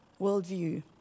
worldview